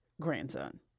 grandson